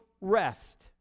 rest